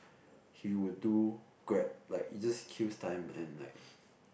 he would do grab like he just kills time and like